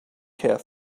care